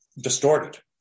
distorted